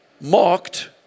Marked